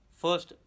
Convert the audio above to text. first